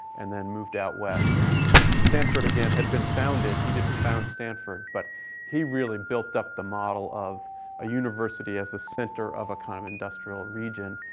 and then moved out west. and stanford, again, had been founded he didn't found stanford but he really built up the model of a university as the center of a kind of industrial region,